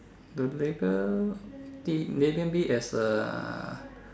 the label label me as a